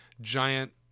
giant